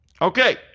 Okay